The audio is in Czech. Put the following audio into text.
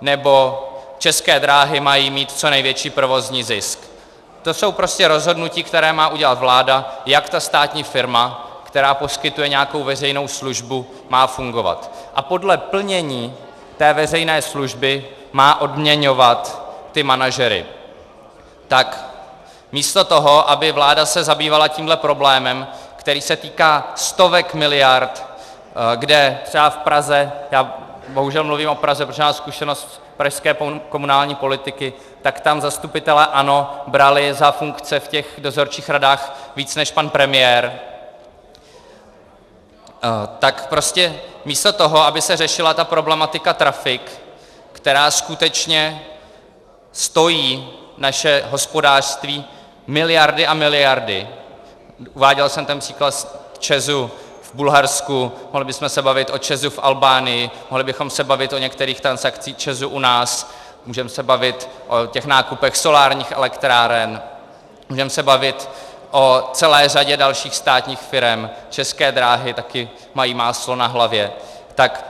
nebo České dráhy mají mít co největší provozní zisk to jsou prostě rozhodnutí, která má udělat vláda, jak ta státní firma, která poskytuje nějakou veřejnou službu, má fungovat, a podle plnění té veřejné služby má odměňovat manažery tak místo toho, aby se vláda zabývala tímhle problémem, který se týká stovek miliard, kde třeba v Praze já bohužel mluvím o Praze, protože mám zkušenost z pražské komunální politiky, tak tam zastupitelé ANO brali za funkce v těch dozorčích radách víc než pan premiér tak místo toho, aby se řešila problematika trafik, která skutečně stojí naše hospodářství miliardy a miliardy, uváděl jsem ten příklad z ČEZu v Bulharsku, mohli bychom se bavit o ČEZu v Albánii, mohli bychom se bavit o některých transakcích ČEZu u nás, můžeme se bavit o nákupech solárních elektráren, můžeme se bavit o celé řadě dalších státních firem, České dráhy taky mají máslo na hlavě tak